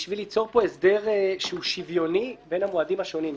בשביל ליצור פה הסדר שהוא שוויוני בין המועדים השונים.